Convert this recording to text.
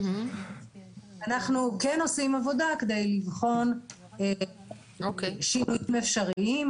אנחנו כן עושים עבודה כדי לבחון שינויים אפשריים,